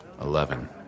Eleven